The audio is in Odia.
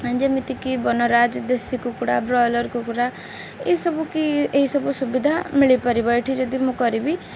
ଯେମିତିକି ବନରାଜ ଦେଶୀ କୁକୁଡ଼ା ବ୍ରଏଲର୍ କୁକୁଡ଼ା ଏସବୁ କିି ଏହିସବୁ ସୁବିଧା ମିଳିପାରିବ ଏଠି ଯଦି ମୁଁ କରିବି